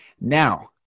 Now